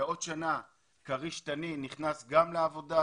בעוד שנה גם כריש-תנין נכנס לעבודה.